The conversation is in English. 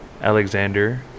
Alexander